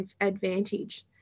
advantage